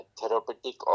Therapeutic